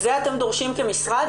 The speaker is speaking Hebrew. זה אתם דורשים כמשרד,